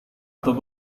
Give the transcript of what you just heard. atau